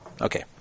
Okay